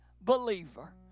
believer